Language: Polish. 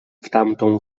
tamtą